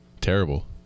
Terrible